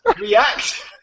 React